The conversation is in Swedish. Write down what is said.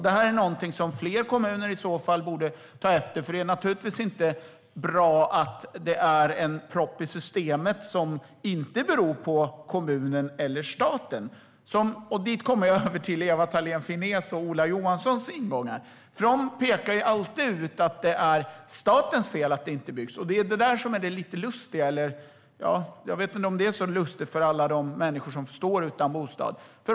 Det här är någonting som fler kommuner i så fall borde ta efter, för det är naturligtvis inte bra att det finns en propp i systemet som inte beror på kommunen eller staten. Därmed kommer jag över till Ewa Thalén Finnés och Ola Johanssons ingångar. De pekar alltid ut att det är statens fel att det inte byggs. Det är det där som är det lite lustiga, även om jag inte vet om det är så lustigt för alla de människor som står utan bostad.